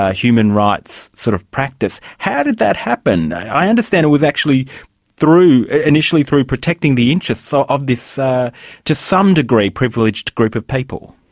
ah human rights sort of practice. how did that happen? i understand it was actually initially through protecting the interests ah of this ah to some degree, privileged group of people.